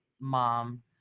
mom